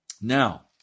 Now